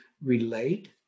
relate